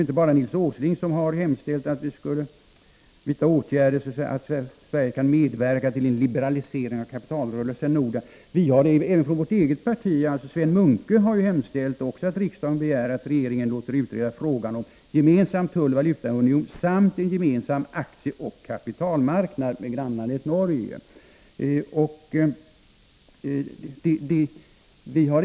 Inte bara Nils Åsling har hemställt om att Sverige skall medverka till en liberalisering av kapitalrörelserna i Norden. Även mitt eget parti gör det. Sven Munke har hemställt om att riksdagen skall begära att regeringen låter utreda frågan om en gemensam tulloch valutaunion samt en gemensam aktieoch kapitalmarknad med grannlandet Norge.